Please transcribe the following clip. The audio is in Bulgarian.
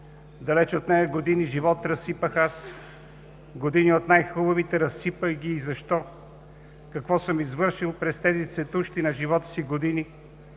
Далеч от нея години живот разсипах аз, години от най-хубавите, разсипах ги и защо? Какво съм извършил през тези цветущи на живота си години?